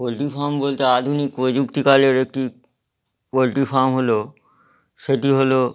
poultry farm বলতে আধুনিক প্রযুক্তিকালের একটি পোলট্রি ফার্ম হলো সেটি হলো